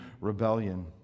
rebellion